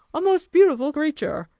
a most beautiful creature!